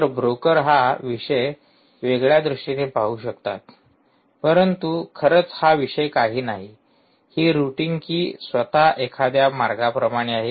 तर ब्रोकर हा विषय वेगळ्या दृष्टीने पाहू शकतात परंतु खरंच हा विषय काही नाही ही रुटिंग कि स्वतः एखाद्या मार्गाप्रमाणे आहे